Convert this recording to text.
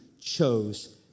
chose